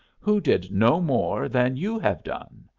who did no more than you have done.